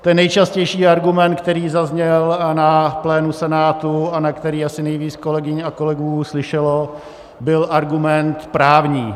Ten nejčastější argument, který zazněl na plénu Senátu a na který asi nejvíc kolegyň a kolegů slyšelo, byl argument právní.